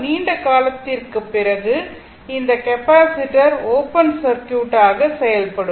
நீண்ட காலத்திற்குப் பிறகு இந்த கெப்பாசிட்டர் ஓப்பன் சர்க்யூட்ட்டாக செயல்படும்